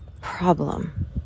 problem